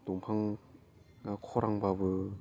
दंफां खरांबाबो